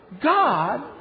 God